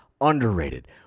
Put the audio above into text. underrated